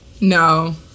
no